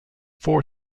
four